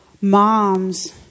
moms